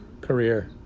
career